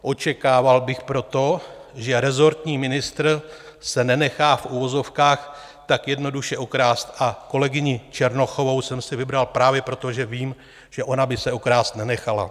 Očekával bych proto, že resortní ministr se nenechá v uvozovkách tak jednoduše okrást, a kolegyni Černochovou jsem si vybral právě proto, že vím, že ona by se okrást nenechala.